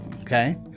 okay